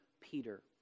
Peter